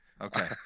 Okay